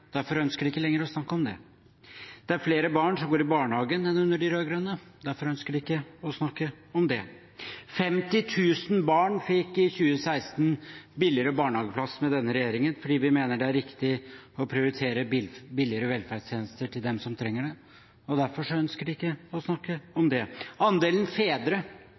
Derfor ønsker de ikke lenger å snakke om det. Det er flere barn som går i barnehage, enn under de rød-grønne. Derfor ønsker de ikke å snakke om det. 50 000 barn fikk i 2016 billigere barnehageplass med denne regjeringen, fordi vi mener det er riktig å prioritere billigere velferdstjenester til dem som trenger det. Derfor ønsker de ikke å snakke om det. Andelen fedre